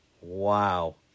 Wow